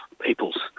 Peoples